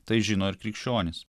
tai žino ir krikščionys